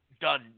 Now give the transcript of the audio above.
done